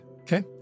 Okay